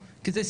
לעשות